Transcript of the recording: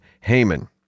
Haman